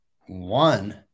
one